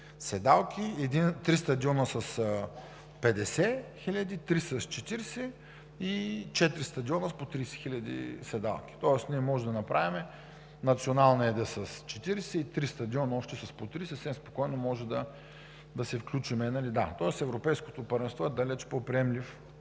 седалки, три стадиона с 50 хиляди, три с 40 хиляди и четири стадиона с по 30 хиляди седалки. Тоест ние можем да направим националният да е с 40, още три стадиона с по 30 и съвсем спокойно може да се включим, да. Тоест Европейското първенство е далеч по-приемлив